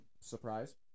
Surprise